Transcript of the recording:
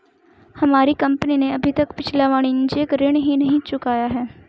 हमारी कंपनी ने अभी तक पिछला वाणिज्यिक ऋण ही नहीं चुकाया है